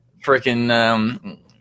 freaking